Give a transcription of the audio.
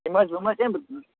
یہِ ما حظ وۅنۍ ما حظ یِمہٕ